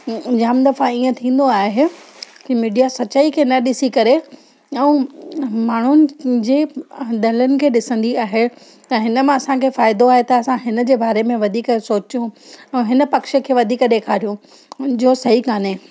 जाम दफ़ा ईअं थींदो आहे मीडिया सच्चाई खे न ॾिसी करे ऐं माण्हूनि जे धनन खे ॾिसंदी आहे त हिनमां असांखे फ़ाइदो आहे त असां हिनजे बारे में वधीक सोचूं ऐं हिन पक्ष के वधीक ॾेखारियूं जो सही कोन्हे